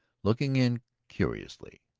looking in curiously.